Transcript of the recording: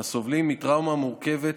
הסובלים מטראומה מורכבת